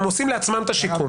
הם עושים לעצמם את השיקום.